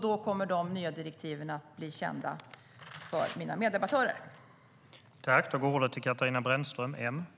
Då kommer de nya direktiven att bli kända för mina meddebattörer.